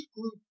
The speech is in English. group